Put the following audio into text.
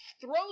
throws